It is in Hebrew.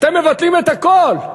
אתם מבטלים את הכול.